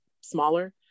smaller